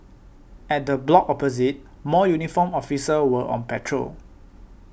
at the block opposite more uniformed officers were on patrol